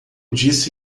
disse